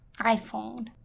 iPhone